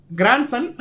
grandson